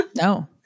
No